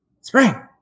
Spring